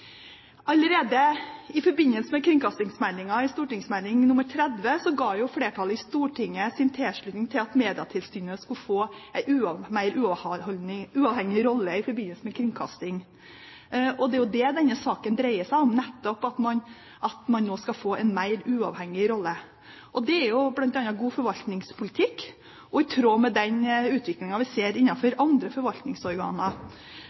Allerede i forbindelse med kringkastingsmeldingen, St.meld. nr. 30 for 2006–2007, ga flertallet i Stortinget sin tilslutning til at Medietilsynet skulle få en mer uavhengig rolle i forbindelse med kringkasting. Det er det denne saken dreier seg om, nettopp at de nå skal få en mer uavhengig rolle. Det er bl.a. god forvaltningspolitikk og i tråd med den utviklingen vi ser